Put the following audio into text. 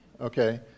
Okay